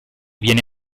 viene